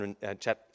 chapter